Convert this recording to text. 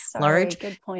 large